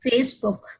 Facebook